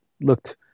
looked